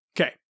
Okay